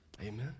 Amen